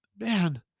man